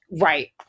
Right